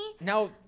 Now